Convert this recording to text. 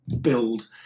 build